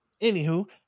anywho